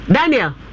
Daniel